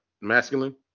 masculine